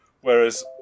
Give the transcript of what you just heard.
Whereas